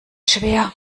schwer